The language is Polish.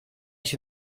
się